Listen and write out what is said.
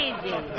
Amazing